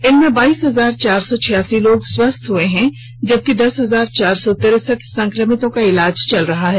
इनमें बाइस हजार चार सौ छियासी लोग स्वस्थ हो चुके हैं जबकि दस हजार चार सौ तिरसठ संक्रमितों का इलाज चल रहा है